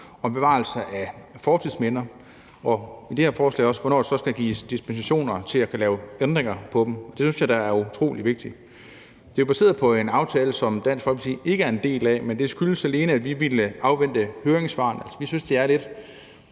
og bevarelse af fortidsminder, og det handler også om, hvornår der så skal gives dispensation til at kunne lave ændringer i dem. Det synes jeg da er utrolig vigtigt. Det er jo baseret på en aftale, som Dansk Folkeparti ikke er en del af, men det skyldes alene, at vi ville afvente høringssvarene. Altså, set med